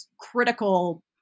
critical